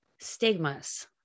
Stigmas